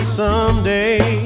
someday